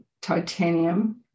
titanium